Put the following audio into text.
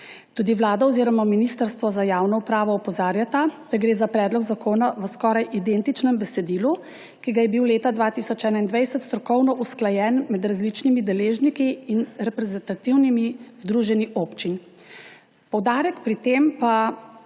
Tudi Vlada oziroma Ministrstvo za javno upravo opozarjata, da gre za predlog zakona v skoraj identičnem besedilu, kot je bilo leta 2021 strokovno usklajeno med različnimi deležniki in reprezentativnimi združenji občin. Poudarek pri tem pa